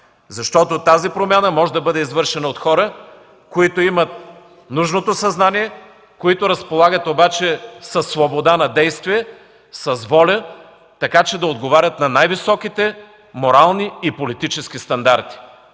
Защото тази промяна може да бъде извършена от хора, които имат нужното съзнание и разполагат обаче със свобода на действие, с воля, така че да отговарят на най-високите морални и политически стандарти.